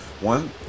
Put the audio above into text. One